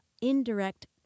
indirect